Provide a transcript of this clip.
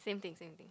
same thing same thing